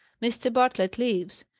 mr. bartlett leaves.